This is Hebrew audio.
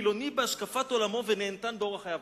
חילוני בהשקפת עולמו ונהנתן באורח חייו.